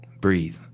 breathe